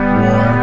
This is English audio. war